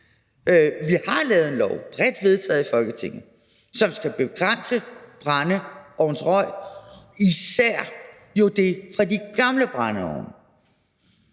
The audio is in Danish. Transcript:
Vi har lavet en lov, bredt vedtaget i Folketinget, som skal begrænse brændeovnsrøg, især jo den fra de gamle brændeovne.